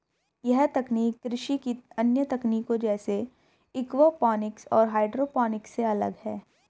यह तकनीक कृषि की अन्य तकनीकों जैसे एक्वापॉनिक्स और हाइड्रोपोनिक्स से अलग है